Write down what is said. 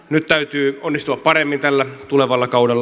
nyt täytyy onnistua paremmin tällä tulevalla kaudella